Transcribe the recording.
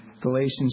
Galatians